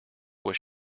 was